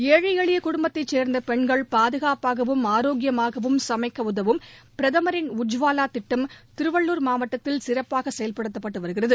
ஏழை எளிய குடும்பத்தைச் சேர்ந்த பெண்கள் பாதுகாப்பாகவும் ஆரோக்கியமாகவும் சமைக்க உதவும் பிரதமரின் உஜ்வாலா திட்டம் திருவள்ளூர் மாவட்டத்தில் சிறப்பாக செயல்படுத்தப்பட்டு வருகிறது